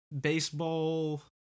baseball